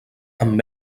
amb